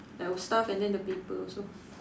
our stuff and then the paper also